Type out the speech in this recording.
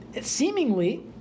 Seemingly